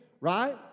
right